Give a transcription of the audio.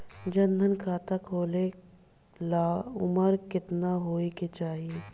जन धन खाता खोले ला उमर केतना होए के चाही?